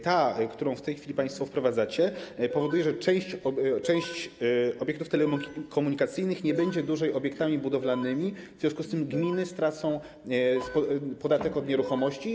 Ta, którą w tej chwili państwo wprowadzacie, spowoduje, że część obiektów telekomunikacyjnych nie będzie dłużej obiektami budowlanymi, w związku z tym gminy stracą podatek od nieruchomości.